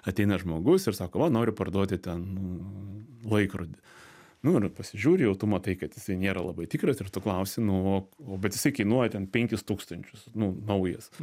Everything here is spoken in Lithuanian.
ateina žmogus ir sako va noriu parduoti ten laikrodį nu ir pasižiūri jau tu matai kad jis nėra labai tikras ir tu klausi nu o bet jisai kainuoja ten penkis tūkstančius nu naujas